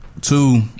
two